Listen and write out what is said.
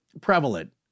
prevalent